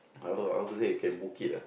how to say can book it lah